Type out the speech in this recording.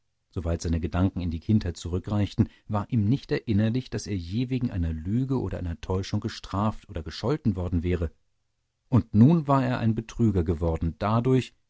soweit seine gedanken in die kindheit zurückreichten war ihm nicht erinnerlich daß er je wegen einer lüge oder einer täuschung gestraft oder gescholten worden wäre und nun war er ein betrüger geworden dadurch